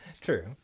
True